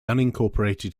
unincorporated